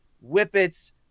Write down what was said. Whippets